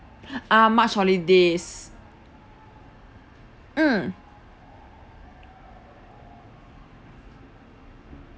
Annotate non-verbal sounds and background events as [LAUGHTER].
[BREATH] ah march holidays mm